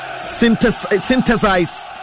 Synthesize